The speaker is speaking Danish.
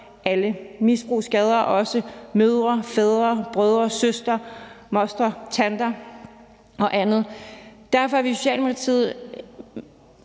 alle. Misbrug skader også mødre, fædre, brødre, søstre, mostre, tanter og andre. Derfor er vi i Socialdemokratiet